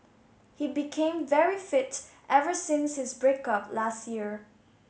he became very fit ever since his break up last year